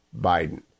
Biden